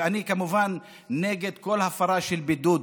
ואני, כמובן, נגד כל הפרה של בידוד,